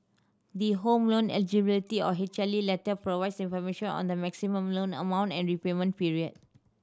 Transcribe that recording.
the Home Loan Eligibility or letter provides information on the maximum loan amount and repayment period